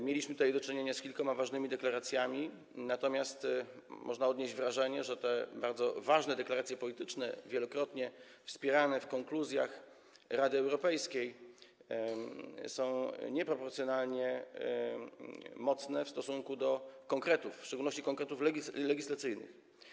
Mieliśmy tutaj do czynienia z kilkoma ważnymi deklaracjami, natomiast można odnieść wrażenie, że te bardzo ważne deklaracje polityczne, wielokrotnie wspierane w konkluzjach Rady Europejskiej, są nieproporcjonalnie mocne w stosunku do konkretów, w szczególności konkretów legislacyjnych.